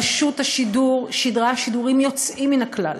רשות השידור שידרה שידורים יוצאים מן הכלל,